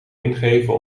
ingeven